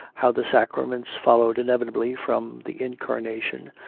how the sacraments followed inevitably from the incarna tion,